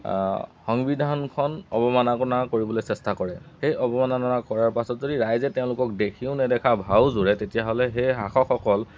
সংবিধানখন অৱমাননা কৰিবলৈ চেষ্টা কৰে সেই অৱমাননা কৰাৰ পাছত যদি ৰাইজে তেওঁলোকক দেখিও নেদেখা ভাও জোৰে তেতিয়াহ'লে সেই শাসকসকল